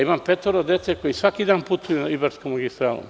Imam petoro dece koji svaki dan putuju Ibarskom magistralom.